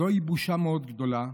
זוהי בושה מאוד גדולה,